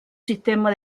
sistema